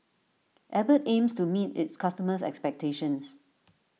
Abbott aims to meet its customers' expectations